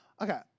okay